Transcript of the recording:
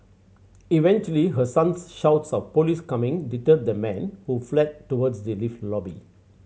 eventually her son's shouts of police coming deterred the man who fled towards the lift lobby